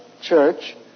church